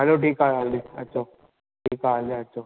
हलो ठीकु आहे जल्दी अचो ठीकु आहे हलिया अचो